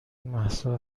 مهسا